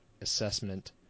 assessment